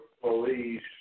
police